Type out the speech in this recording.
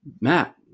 Matt